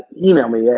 email me. yeah